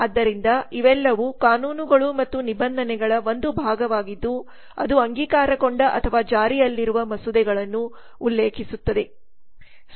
ಆದ್ದರಿಂದ ಇವೆಲ್ಲವೂ ಕಾನೂನುಗಳು ಮತ್ತು ನಿಬಂಧನೆಗಳ ಒಂದು ಭಾಗವಾಗಿದ್ದು ಅದು ಅಂಗೀಕಾರಗೊಂಡ ಅಥವಾ ಜಾರಿಯಲ್ಲಿರುವ ಮಸೂದೆಗಳನ್ನು ಉಲ್ಲೇಖಿಸುತ್ತದೆ